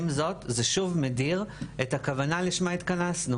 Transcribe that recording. עם זאת, זה שוב מדיר את הכוונה לשמה התכנסנו